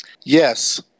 Yes